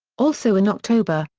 also in october,